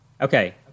Okay